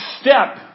step